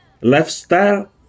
lifestyle